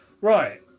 Right